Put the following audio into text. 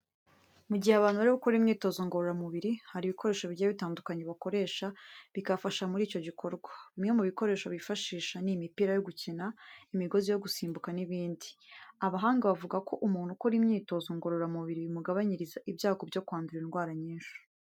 Mu gihe abantu bari gukora imyitozo ngororamubiri, hari ibikoresho bigiye bitandukanye bakoresha bikabafasha muri icyo gikorwa. Bimwe mu bikoresho bifashisha ni imipira yo gukina, imigozi yo gusimbuka n'ibindi. Abahanga bavuga ko umuntu ukora imyitozo ngororamubiri bimugabanyiriza ibyago byo kwandura indwara nyinshi.